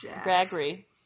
Gregory